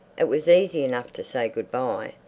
it was easy enough to say good-bye!